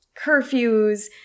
curfews